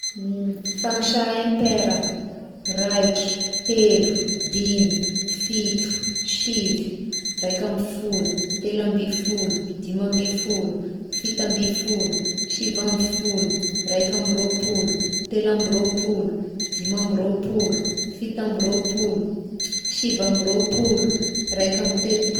Fangisà impaire ah: raiky, telo, dimy, fito, sivy, raika amby folo, telo amby folo, dimy amby folo, fito amby folo, sivy amby folo, raika amby rôpolo, telo amby rôpolo, dimy amby rôpolo, fito amby rôpolo, sivy amby rôpolo, raika amby telopolo.